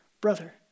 brother